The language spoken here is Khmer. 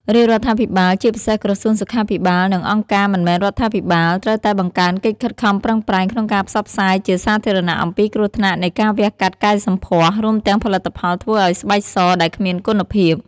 រាជរដ្ឋាភិបាល ជាពិសេសក្រសួងសុខាភិបាល និងអង្គការមិនមែនរដ្ឋាភិបាល ត្រូវតែបង្កើនកិច្ចខិតខំប្រឹងប្រែងក្នុងការផ្សព្វផ្សាយជាសាធារណៈអំពីគ្រោះថ្នាក់នៃការវះកាត់កែសម្ផស្ស រួមទាំងផលិតផលធ្វើឱ្យស្បែកសដែលគ្មានគុណភាព។